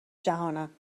جهانند